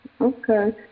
Okay